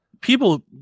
people